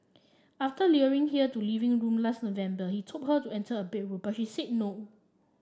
after here to living room last November he told her to enter a bedroom but she said no